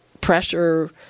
pressure